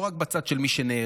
לא רק בצד של מי שנהרג,